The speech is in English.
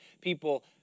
People